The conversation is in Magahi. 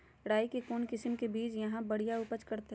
राई के कौन किसिम के बिज यहा बड़िया उपज करते?